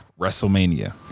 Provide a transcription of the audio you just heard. WrestleMania